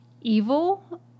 evil